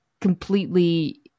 completely